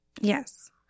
Yes